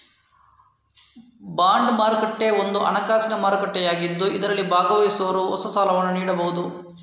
bond ಮಾರುಕಟ್ಟೆ ಒಂದು ಹಣಕಾಸಿನ ಮಾರುಕಟ್ಟೆಯಾಗಿದ್ದು ಇದರಲ್ಲಿ ಭಾಗವಹಿಸುವವರು ಹೊಸ ಸಾಲವನ್ನು ನೀಡಬಹುದು